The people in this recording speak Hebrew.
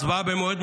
בשבוע הבא.